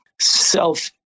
self